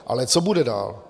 Ale co bude dál?